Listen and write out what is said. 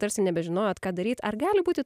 tarsi nebežinojot ką daryt ar gali būti